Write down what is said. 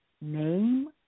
name